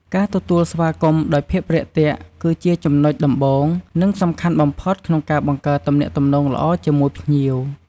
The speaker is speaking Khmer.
ការទទួលស្វាគមន៍ដោយភាពរាក់ទាក់គឺជាចំណុចដំបូង និងសំខាន់បំផុតក្នុងការបង្កើតទំនាក់ទំនងល្អជាមួយភ្ញៀវ។